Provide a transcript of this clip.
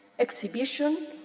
exhibition